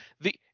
the-